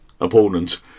opponent